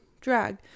drag